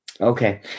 Okay